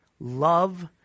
Love